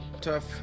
Tough